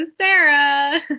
sarah